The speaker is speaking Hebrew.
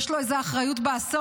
יש לו איזה אחריות לאסון?